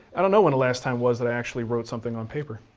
i don't know when the last time was that i actually wrote something on paper.